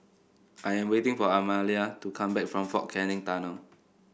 I am waiting for Amalia to come back from Fort Canning Tunnel